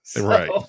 Right